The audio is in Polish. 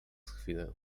chwilę